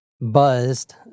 buzzed